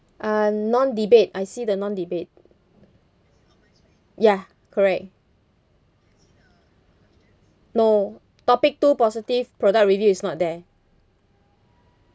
uh non-debate I see the non-debate ya correct no topic two positive product review is not there